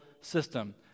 system